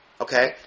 Okay